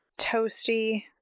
Toasty